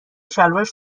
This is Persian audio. شلوارش